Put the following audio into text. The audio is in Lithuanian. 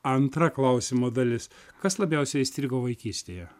antra klausimo dalis kas labiausiai įstrigo vaikystėje